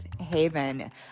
haven